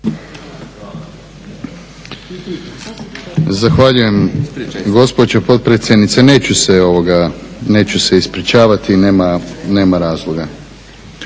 zahvaljujem gospođo potpredsjednice. Neću se ispričavati, nema razloga.